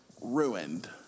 ruined